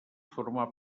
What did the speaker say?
formar